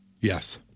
Yes